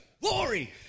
glory